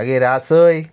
मागीर रासय